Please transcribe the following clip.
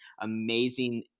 amazing